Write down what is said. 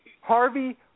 Harvey